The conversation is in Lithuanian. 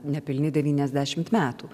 nepilni devyniasdešimt metų